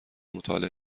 مطالعه